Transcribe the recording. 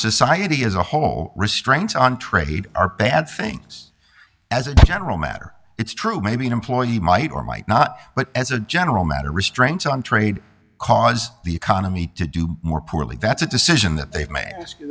society as a whole restraints on trade are bad things as a general matter it's true maybe an employee might or might not but as a general matter restraints on trade cause the economy to do more poorly that's a decision that they